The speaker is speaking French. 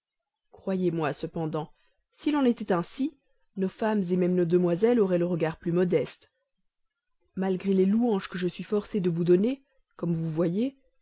croyez-moi cependant s'il en était ainsi nos femmes même nos demoiselles auraient le regard plus modeste malgré les louanges que je suis forcée de vous donner comme vous voyez